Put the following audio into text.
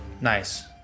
Nice